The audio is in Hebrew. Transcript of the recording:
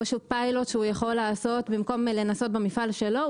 או פיילוט שהוא יכול לעשות, במקום במפעל שלו.